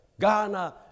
Ghana